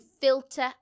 filter